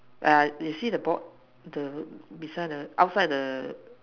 uh you see the board the beside the outside the